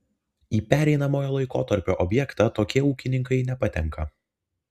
į pereinamojo laikotarpio objektą tokie ūkininkai nepatenka